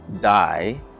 die